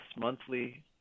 monthly